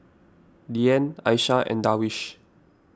Dian Aishah and Darwish